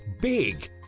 big